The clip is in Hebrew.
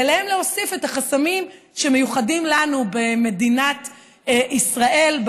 ועליהם להוסיף את החסמים שמיוחדים לנו במדינת ישראל,